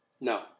No